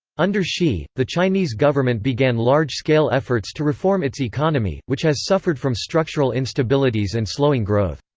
under xi, the chinese government began large-scale efforts to reform its economy which has suffered from structural instabilities and slowing growth.